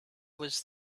was